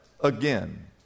again